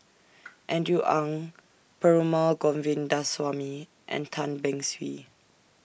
Andrew Ang Perumal Govindaswamy and Tan Beng Swee